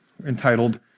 Entitled